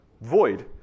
void